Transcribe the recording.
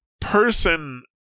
person